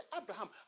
Abraham